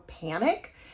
panic